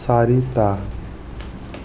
চাৰিটা